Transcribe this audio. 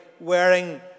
wearing